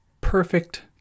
perfect